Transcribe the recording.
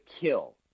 kill